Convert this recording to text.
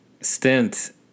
stint